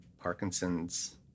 Parkinson's